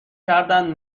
کردند